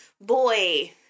boy